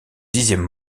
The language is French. dixième